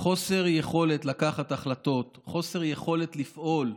חוסר יכולת לקחת החלטות, חוסר יכולת לפעול,